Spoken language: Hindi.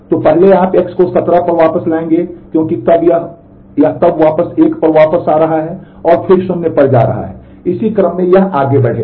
तो आप पहले X को 17 पर वापस लाएँगे क्योंकि यह तब वापस 1 पर वापस आ रहा है और फिर 0 पर जा रहा है इस क्रम में यह आगे बढ़ेगा